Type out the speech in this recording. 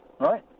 right